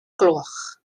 gloch